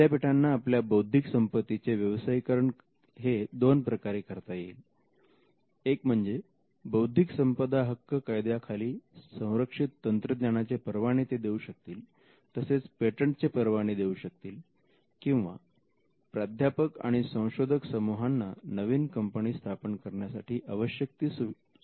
विद्यापीठांना आपल्या बौद्धिक संपत्तीचे व्यवसायीकरण हे दोन प्रकारे करता येईल एक म्हणजे बौद्धिक संपदा हक्क कायद्याखाली संरक्षित तंत्रज्ञानाचे परवाने ते देऊ शकतील तसेच पेटंटचे परवाने देऊ शकतील किंवा प्राध्यापक आणि संशोधक समूहांना नवीन कंपनी स्थापन करण्यासाठी आवश्यक ती सुविधा देऊ देऊ शकतील